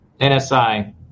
NSI